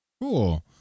Cool